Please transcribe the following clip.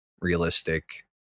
realistic